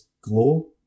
glow